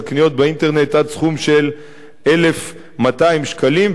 קניות באינטרנט עד סכום של 1,200 שקלים.